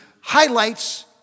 highlights